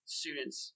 students